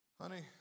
Honey